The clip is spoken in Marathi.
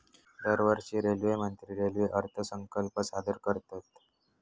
दरवर्षी रेल्वेमंत्री रेल्वे अर्थसंकल्प सादर करतत